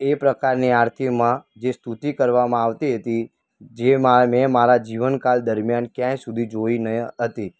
એ પ્રકારની આરતીમાં જે સ્તુતિ કરવામાં આવતી હતી જેમાં મેં મારા જીવનકાળ દરમિયાન ક્યાંય સુધી જોઈ ન હતી